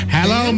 Hello